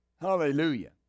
Hallelujah